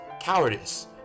cowardice